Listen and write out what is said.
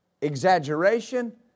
exaggeration